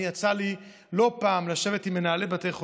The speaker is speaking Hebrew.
יצא לי לא פעם לשבת עם מנהלי בתי חולים,